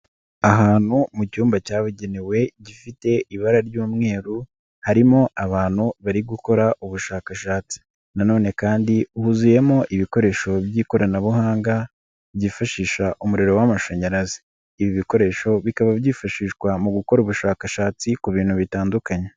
Ahantu mu cyumba cyabugenewe gifite ibara ry'umweru harimo abantu bari gukora ubushakashatsi, nanone kandi huzuyemo ibikoresho by'ikoranabuhanga byifashisha umuriro w'amashanyarazi, ibi bikoresho bikaba byifashishwa mu gukora ubushakashatsi ku bintu bitandukanye.